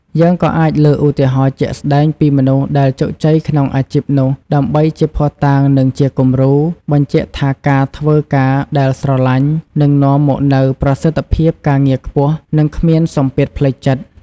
យើងក៏អាចលើកឧទាហរណ៍ជាក់ស្ដែងពីមនុស្សដែលជោគជ័យក្នុងអាជីពនោះដើម្បីជាភស្តុតាង និងជាគំរូ បញ្ជាក់ថាការធ្វើការដែលស្រឡាញ់ នឹងនាំមកនូវប្រសិទ្ធភាពការងារខ្ពស់ និងគ្មានសម្ពាធផ្លូវចិត្ត។